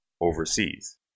overseas